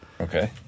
Okay